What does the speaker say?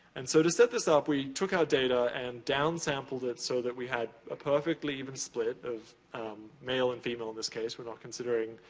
and, so, to set this up, we took our data and down sampled it so that we had a perfectly even split of um male and female in this case, we're not considering,